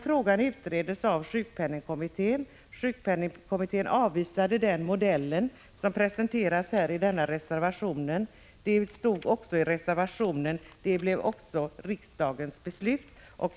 Frågan har utretts av sjukpenningkommittén, som har avvisat den modell som presenteras i reservationen. Riksdagens beslut omnämns också i reservationen.